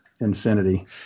infinity